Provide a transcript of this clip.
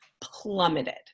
plummeted